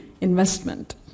investment